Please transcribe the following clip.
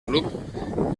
club